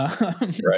Right